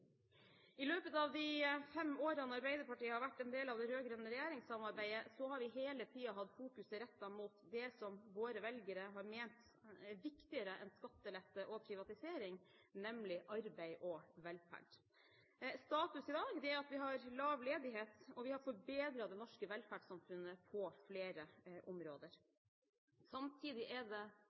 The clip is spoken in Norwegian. I løpet av de fem årene Arbeiderpartiet har vært en del av det rød-grønne regjeringssamarbeidet, har vi hele tiden hatt fokuset rettet mot det som våre velgere har ment er viktigere enn skattelette og privatisering, nemlig arbeid og velferd. Status i dag er at vi har lav ledighet, og vi har forbedret det norske velferdssamfunnet på flere områder. Samtidig skal vi ikke hvile på våre laurbær og slå oss til ro med det